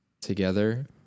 together